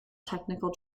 technical